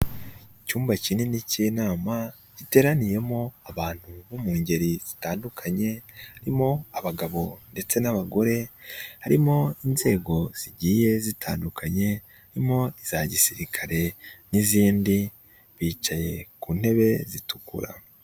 Icyumba kinini cy'inama Giteraniyemo abantu bo mu ngeri zitandukanye harimo abagabo ndetse n'abagore, harimo inzego zigiye zitandukanye, haririmo iza gisirikare n'izindi bicaye ku ntebe zitukura.